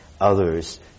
others